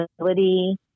ability